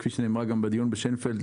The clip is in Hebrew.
כפי שנאמר בדיון בשיינפלד,